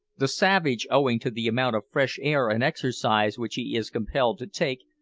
the savage, owing to the amount of fresh air and exercise which he is compelled to take,